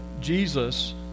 Jesus